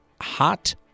hot